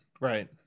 Right